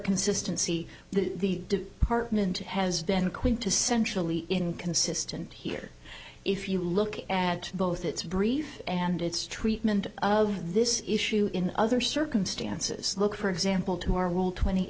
consistency the department has been quintessentially inconsistent here if you look at both its brief and its treatment of this issue in other circumstances look for example to our rule twenty